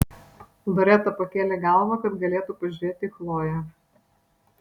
loreta pakėlė galvą kad galėtų pažiūrėti į chloję